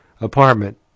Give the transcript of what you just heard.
apartment